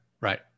Right